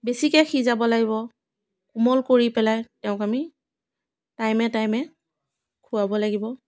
বেছিকৈ সিজাব লাগিব কোমল কৰি পেলাই তেওঁক আমি টাইমে টাইমে খোৱাব লাগিব